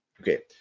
Okay